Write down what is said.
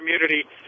community